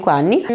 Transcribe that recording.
anni